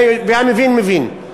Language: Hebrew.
והמבין מבין.